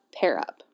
pair-up